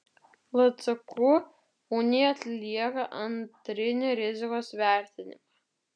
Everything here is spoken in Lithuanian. lcku unija atlieka antrinį rizikos vertinimą